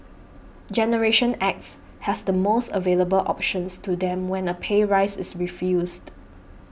generation X has the most available options to them when a pay rise is refused